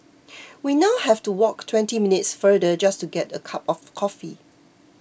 we now have to walk twenty minutes farther just to get a cup of coffee